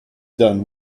done